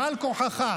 בעל כורחך,